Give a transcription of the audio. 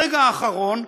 ברגע האחרון,